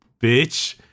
bitch